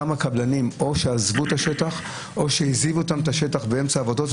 כמה קבלנים או שעזבו את השטח או שהעזיבו אותם את השטח באמצע עבודות,